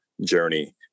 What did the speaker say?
journey